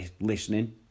listening